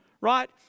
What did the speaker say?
right